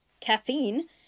caffeine